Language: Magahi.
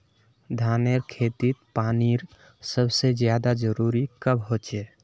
धानेर खेतीत पानीर सबसे ज्यादा जरुरी कब होचे?